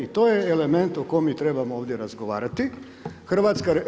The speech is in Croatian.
I to je element o kojemu mi trebamo ovdje razgovarati.